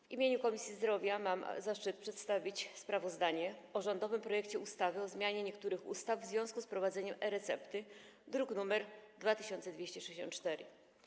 W imieniu Komisji Zdrowia mam zaszczyt przedstawić sprawozdanie o rządowym projekcie ustawy o zmianie niektórych ustaw w związku z wprowadzeniem e-recepty, druk nr 2264.